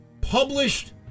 published